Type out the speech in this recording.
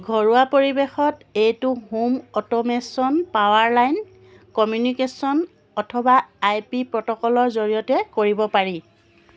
ঘৰুৱা পৰিৱেশত এইটো হোম অট'মেশ্যন পাৱাৰলাইন কমিউনিকেশ্যন অথবা আই পি প্ৰট'কলৰ জৰিয়তে কৰিব পাৰি